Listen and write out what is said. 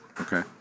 Okay